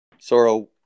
Soro